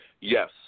Yes